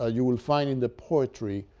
ah you will find in the poetry,